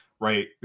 right